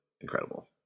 incredible